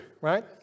right